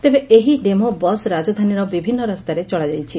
ତେବେ ଏହି demo bus ରାଜଧାନୀର ବିଭିନୁ ରାସ୍ତାରେ ଚଳାଯାଇଛି